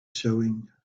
showing